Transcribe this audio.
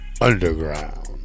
Underground